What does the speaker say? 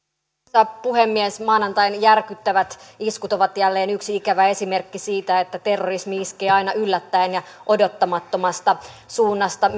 arvoisa puhemies maanantain järkyttävät iskut ovat jälleen yksi ikävä esimerkki siitä että terrorismi iskee aina yllättäen ja odottamattomasta suunnasta